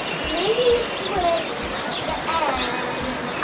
maybe switch the n?